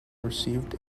received